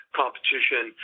competition